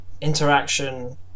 interaction